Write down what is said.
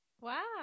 Wow